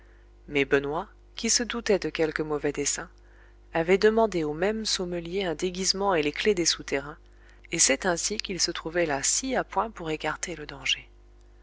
mais benoît qui se doutait de quelque mauvais dessein avait demandé au même sommelier un déguisement et les clefs des souterrains et c'est ainsi qu'il se trouvait là si à point pour écarter le danger